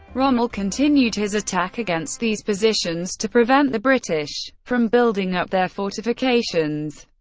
rommel continued his attack against these positions to prevent the british from building up their fortifications.